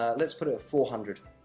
let's put it at four hundred.